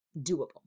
doable